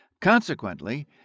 Consequently